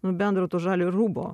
na bendro to žaliojo rūbo